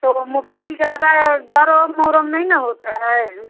तो मोबाईल ज़्यादा गरम हो रहा नहीं ना होता है